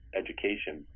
education